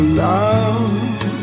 love